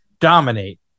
dominate